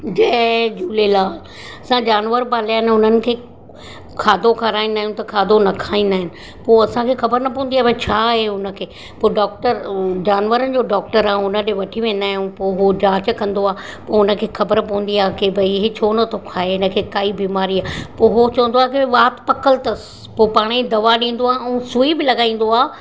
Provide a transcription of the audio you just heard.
जय झूलेलाल असां जानवर पालिया आहिनि हुननि खे खाधो खाराईंदा आहियूं त खाधो न खाईंदा आहिनि पोइ असांखे ख़बर न पवंदी आहे भाई छा आहे हुन खे पोइ डॉक्टर जानवरनि जो डॉक्टर आहे उन ॾे वठी वेंदा आहियूं पोइ उहो जांच कंदो आहे पोइ हुन खे ख़बर पवंदी आहे की भाई हे छो नथो खाहे हिन खे काई बीमारी आहे पोइ उहो चवंदो आहे की वाति पकलु अथसि पोइ पाण ई दवा ॾींदो आहे ऐं सुई बि लॻाईंदो आहे